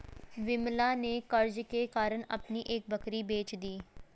विमला ने कर्ज के कारण अपनी एक बकरी बेच दी